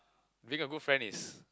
being a good friend is